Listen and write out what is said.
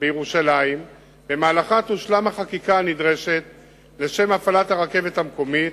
בירושלים שבמהלכה תושלם החקיקה הנדרשת לשם הפעלת הרכבת המקומית.